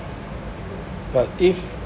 but if